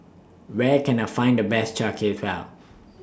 Where Can I Find The Best Char Kway Teow